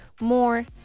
more